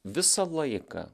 visą laiką